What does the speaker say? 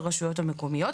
לרשויות המקומיות,